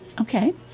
Okay